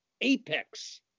apex